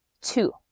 Two